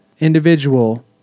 individual